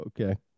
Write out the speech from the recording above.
Okay